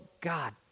God